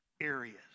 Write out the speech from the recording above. areas